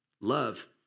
Love